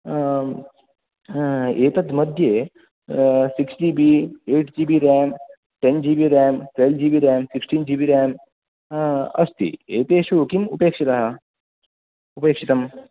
आम् एतत् मध्ये six GB eight GB RAM ten GB RAM twelve GB RAM sixteen GB RAM अस्ति एतेषु किम् उपक्षितः उपेक्षितम्